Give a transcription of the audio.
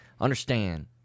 understand